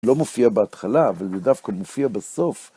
לא מופיע בהתחלה, אבל דווקא מופיע בסוף.